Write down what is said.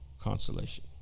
consolation